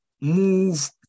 move